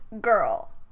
girl